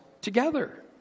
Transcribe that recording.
together